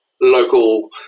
local